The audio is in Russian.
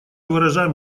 выражаем